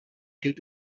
gilt